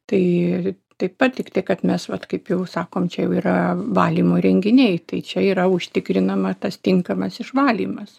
tai taip pat tiktai kad mes vat kaip jau sakom čia jau yra valymo įrenginiai tai čia yra užtikrinama tas tinkamas išvalymas